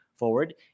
forward